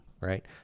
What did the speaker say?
Right